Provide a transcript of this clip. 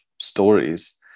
stories